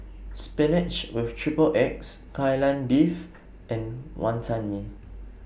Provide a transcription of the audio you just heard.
Spinach with Triple Eggs Kai Lan Beef and Wantan Mee